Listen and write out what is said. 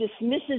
dismisses